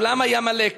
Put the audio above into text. האולם היה מלא.